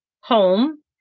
home